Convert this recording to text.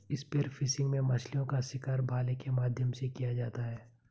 spear fishing में मछलीओं का शिकार भाले के माध्यम से किया जाता है